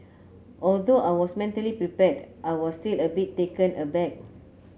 although I was mentally prepared I was still a bit taken aback